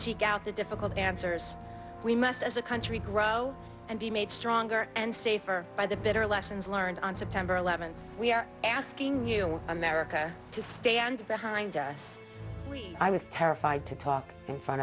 seek out the difficult answers we must as a country grow and be made stronger and safer by the better lessons learned on september eleventh we are asking america to stand behind us i was terrified to talk in front